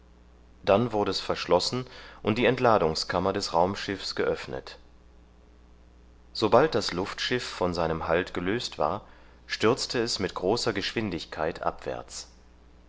dann wurde es verschlossen und die entladungskammer des raumschiffs geöffnet sobald das luftschiff von seinem halt gelöst war stürzte es mit großer geschwindigkeit abwärts